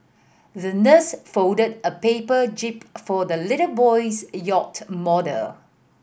the nurse folded a paper jib for the little boy's yacht model